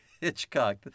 Hitchcock